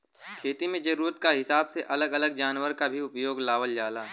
खेती में जरूरत क हिसाब से अलग अलग जनावर के भी उपयोग में लावल जाला